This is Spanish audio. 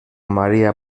maría